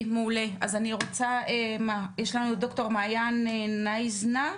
יש לנו חוק בדיוק על הסוגיה הזאת,